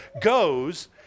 goes